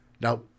Now